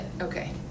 okay